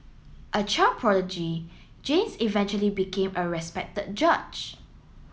a child prodigy James eventually became a respected judge